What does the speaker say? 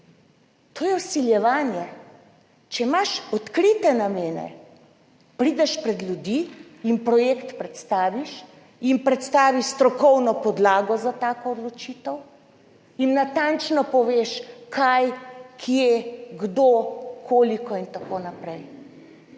To je vsiljevanje. Če imaš odkrite namene, prideš pred ljudi, jim projekt predstaviš, jim predstavi strokovno podlago za tako odločitev, jim natančno poveš, kaj, kje, kdo, koliko in tako naprej.